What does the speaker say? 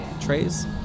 trays